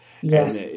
Yes